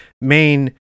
main